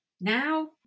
now